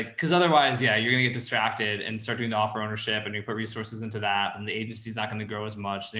cause otherwise, yeah, you're gonna get distracted and start doing the offer ownership and you put resources into that and the agency's not going to grow as much.